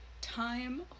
time